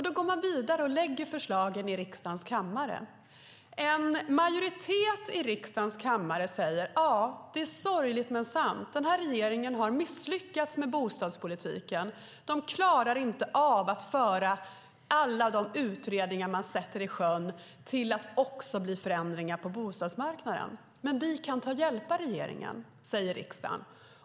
Då går man vidare och lägger fram förslagen i riksdagens kammare. En majoritet i riksdagens kammare säger: Det är sorgligt men sant. Den här regeringen har misslyckats med bostadspolitiken. Den klarar inte av att genomföra alla de utredningar den sätter i sjön till att också bli förändringar på bostadsmarknaden. Vi kan hjälpa regeringen, säger riksdagen.